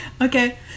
Okay